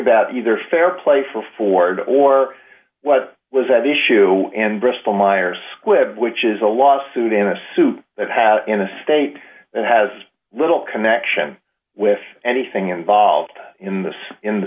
about either fair play for ford or what was at issue and bristol myers squibb which is a law suit in a suit that has in a state that has little connection with anything involved in this in the